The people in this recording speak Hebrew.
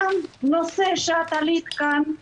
בנושא שאת העלית כאן,